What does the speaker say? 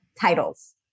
titles